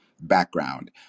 background